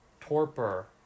torpor